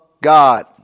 God